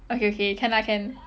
okay okay can lah can